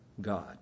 God